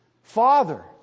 Father